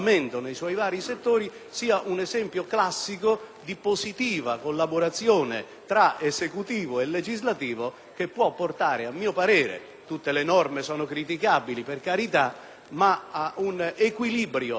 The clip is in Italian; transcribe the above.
di positiva collaborazione tra esecutivo e legislativo, che può portare a mio parere - tutte le norme sono criticabili, per carità - a un equilibrio delle esigenze rappresentate dalla norma e dei beni tutelabili